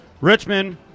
Richmond